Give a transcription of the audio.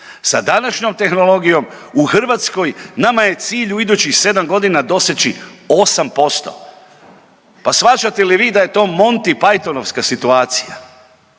Sa današnjom tehnologijom u Hrvatskoj nama je cilj u idućih sedam godina doseći 8%. Pa shvaćate li vi da je to montipajtonovska situacija?